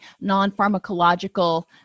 non-pharmacological